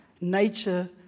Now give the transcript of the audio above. nature